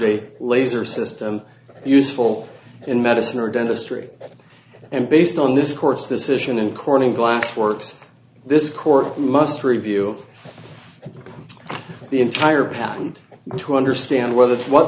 a laser system useful in medicine or dentistry and based on this court's decision in corning glass works this court must review the entire patent to understand whether what